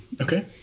Okay